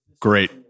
Great